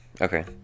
okay